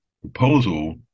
proposal